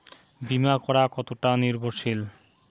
বীমা করা কতোটা নির্ভরশীল?